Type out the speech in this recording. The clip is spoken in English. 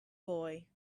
boy